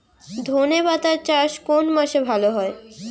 ধনেপাতার চাষ কোন মাসে ভালো হয়?